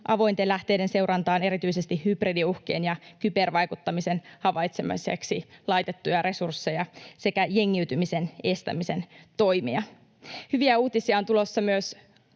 avointen lähteiden seurantaan erityisesti hybridiuhkien ja kybervaikuttamisen havaitsemiseksi laitettuja resursseja sekä jengiytymisen estämisen toimia. Hyviä uutisia on tulossa myös